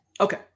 Okay